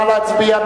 נא להצביע.